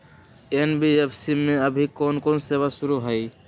NBFC में अभी कोन कोन सेवा शुरु हई?